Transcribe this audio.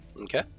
Okay